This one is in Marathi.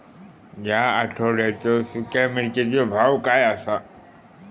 या आठवड्याचो सुख्या मिर्चीचो भाव काय आसा?